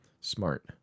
Smart